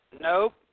Nope